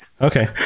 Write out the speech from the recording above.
okay